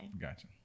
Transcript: Gotcha